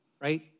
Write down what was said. right